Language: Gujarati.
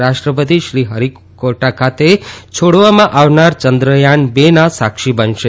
રાષ્ટ્ર તિ શ્રી હરિકોટા ખાતે છોડવામાં આવનાર ચંદ્રયાન ર ના સાક્ષી બનશે